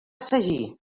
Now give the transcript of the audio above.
sagí